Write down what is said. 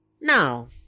No